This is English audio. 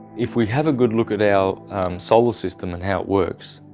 if we have a good look at our solar system and how it works,